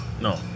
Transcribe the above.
No